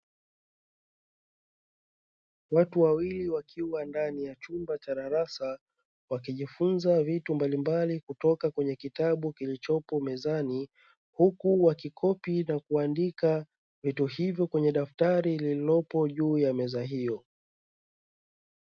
Watu wawili wakiwa ndani ya chumba cha darasa, wakijifunza vitu mbalimbali kutoka kwenye kitabu kilichopo mezani, huku wakicopy na kuandika vitu hivyo kwenye daftari lililopo juu ya meza hiyo.